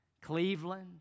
cleveland